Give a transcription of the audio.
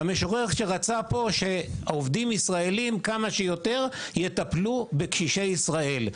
המשורר רצה שכמה שיותר עובדים ישראלים יטפלו בקשישי ישראל.